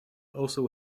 also